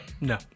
No